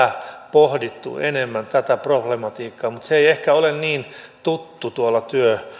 pohdittu enemmän myös tätä problematiikkaa vaikka se ei ehkä ole niin tuttu tuolla